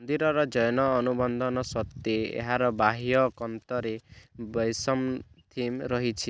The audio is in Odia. ମନ୍ଦିରର ଜୈନ ଅନୁବନ୍ଧନ ସତ୍ତ୍ୱେ ଏହାର ବାହ୍ୟ କାନ୍ଥରେ ବୈଷ୍ଣମ ଥିମ୍ ରହିଛି